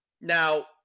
Now